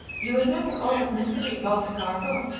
you remember all that mystery about the cargo?